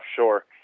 offshore